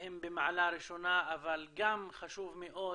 אם במעלה הראשונה, אבל גם חשוב מאוד